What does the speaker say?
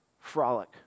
frolic